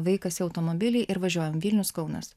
vaikas į automobilį ir važiuojam vilnius kaunas